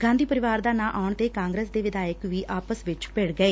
ਗਾਂਧੀ ਪਰਿਵਾਰ ਦਾ ਨਾਂ ਆਉਣ ਤੇ ਕਾਂਗਰਸ ਦੇ ਵਿਧਾਇਕ ਵੀ ਆਪਸ ਵਿਚ ਭਿੜ ਗਏ